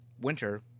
winter